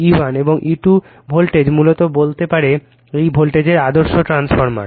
E1 এবং E2 voltage মূলত বলতে পারে এই ভোল্টেজের আদর্শ ট্রান্সফরমার